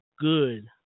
good –